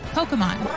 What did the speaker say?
Pokemon